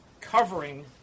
covering